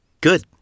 Good